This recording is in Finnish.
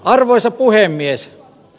arvoisa puhemies